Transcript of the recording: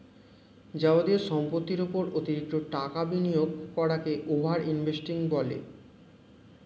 যাবতীয় সম্পত্তির উপর অতিরিক্ত টাকা বিনিয়োগ করাকে ওভার ইনভেস্টিং বলে